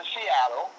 Seattle